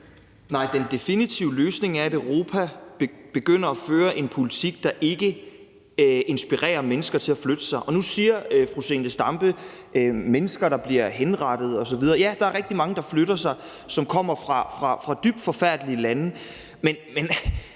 Nej, den definitive løsning er, at Europa begynder at føre en politik, der ikke inspirerer mennesker til at flytte sig. Og nu taler fru Zenia Stampe om mennesker, der bliver henrettet osv. Ja, der er rigtig mange af dem, der flytter sig, som kommer fra dybt forfærdelige lande.